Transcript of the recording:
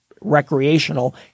recreational